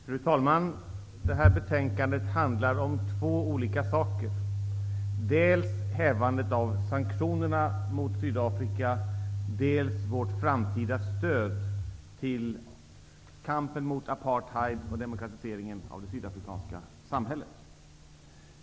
Fru talman! Det här betänkandet handlar om två olika saker. Dels hävandet av sanktionerna mot Sydafrika, dels vårt framtida stöd till kampen mot apartheid och för demokratiseringen av det sydafrikanska samhället.